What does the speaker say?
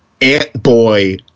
Ant-Boy